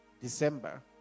December